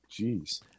Jeez